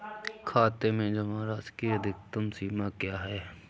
खाते में जमा राशि की अधिकतम सीमा क्या है?